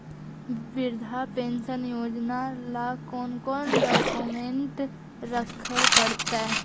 वृद्धा पेंसन योजना ल कोन कोन डाउकमेंट रखे पड़तै?